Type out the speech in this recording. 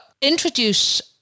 introduce